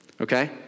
okay